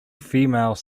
female